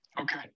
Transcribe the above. Okay